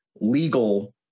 legal